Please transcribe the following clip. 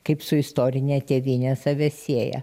kaip su istorine tėvyne save sieja